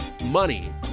money